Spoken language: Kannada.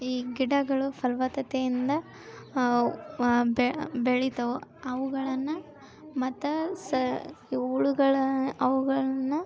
ಈ ಗಿಡಗಳು ಫಲವತ್ತತೆಯಿಂದ ಬೆಳೀತವು ಅವುಗಳನ್ನು ಮತ್ತು ಸಹ ಈ ಹುಳುಗಳ ಅವುಗಳನ್ನು